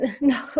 no